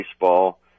baseball